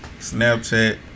Snapchat